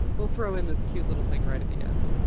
we'll throw in this cute little thing right at the end.